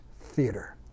theater